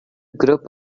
group